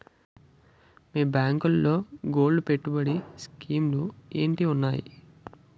మీ బ్యాంకులో గోల్డ్ పెట్టుబడి స్కీం లు ఏంటి వున్నాయి?